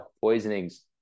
poisonings